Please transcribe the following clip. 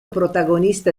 protagonista